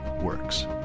works